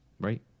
Right